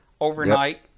overnight